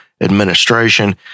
administration